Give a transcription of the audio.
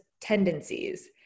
tendencies